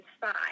five